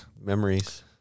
memories